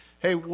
Hey